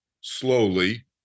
slowly